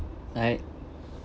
like